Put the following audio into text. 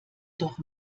doch